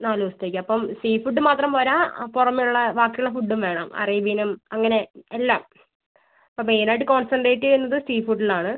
നാല് ദിവസത്തേക്ക് അപ്പം സീ ഫുഡ് മാത്രം പോര പുറമേ ഉള്ള ബാക്കി ഉള്ള ഫുഡും വേണം അറേബ്യനും അങ്ങനെ എല്ലാം ഇപ്പോൾ മെയിനായിട്ട് കോൺസൻട്രേറ്റ് ചെയ്യുന്നത് സീ ഫുഡിലാണ്